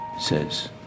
says